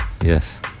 Yes